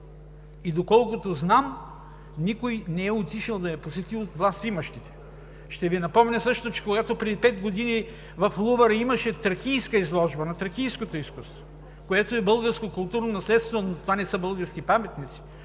а доколкото знам, никой не е отишъл от властимащите. Ще Ви напомня също, че когато преди пет години в Лувъра имаше изложба на Тракийското изкуство, което е българско културно наследство, но това не са български паметници